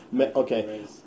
okay